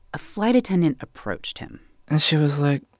a flight attendant approached him and she was like,